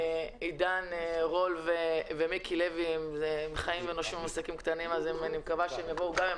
עידן רול ומיקי לוי חיים ונושמים עסקים קטנים ואני מקווה שהם יבואו גם.